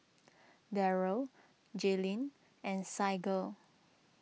Darryll Jayleen and Saige